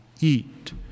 eat